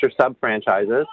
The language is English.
Sub-Franchises